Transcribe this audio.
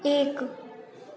एक